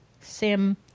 sim